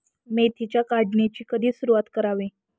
मेथीच्या काढणीची कधी सुरूवात करावी?